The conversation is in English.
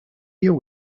your